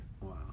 Wow